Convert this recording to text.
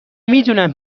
میدونم